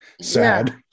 sad